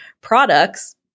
products